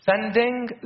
Sending